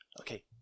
okay